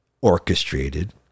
orchestrated